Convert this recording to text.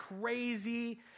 crazy